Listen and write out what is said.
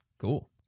Cool